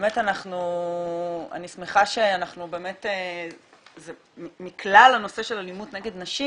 באמת אני שמחה שמכלל הנושאים של אלימות נגד נשים,